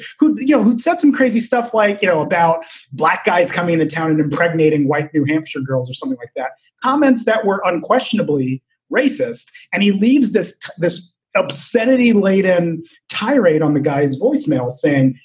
could be you know said some crazy stuff like, you know, about black guys coming to town and impregnating white new hampshire girls or something like that. comments that were unquestionably racist. and he leaves this this obscenity laden tirade on the guy's voicemail saying,